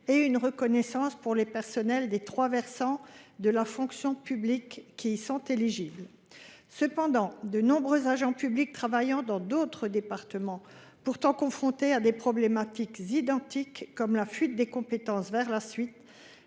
et une reconnaissance pour les personnels des trois versants de la fonction publique qui y sont éligibles. Cependant, de nombreux agents publics travaillant dans d’autres départements, pourtant confrontés à des problématiques identiques, comme la fuite des compétences vers la Suisse,